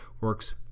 works